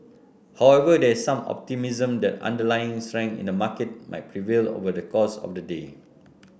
however there is some optimism that underlying strength in the market might prevail over the course of the day